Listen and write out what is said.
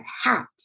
hat